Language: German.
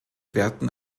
werten